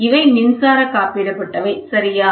இவை மின்சாரம் காப்பிடப்பட்டவை சரியா